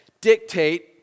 dictate